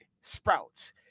sprouts